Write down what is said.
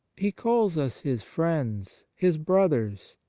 he calls us his friends, his brothers,